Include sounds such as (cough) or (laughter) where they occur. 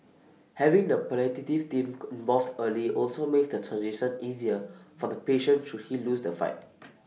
having the palliative team (noise) involved early also makes the transition easier for the patient should he lose the fight